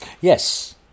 yes